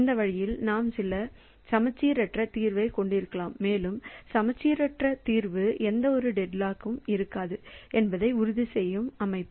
இந்த வழியில் நாம் சில சமச்சீரற்ற தீர்வைக் கொண்டிருக்கலாம் மேலும் சமச்சீரற்ற தீர்வு எந்தவொரு டெட்லாக் இருக்காது என்பதை உறுதி செய்யும் அமைப்பு